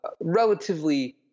relatively